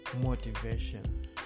motivation